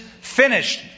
finished